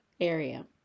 area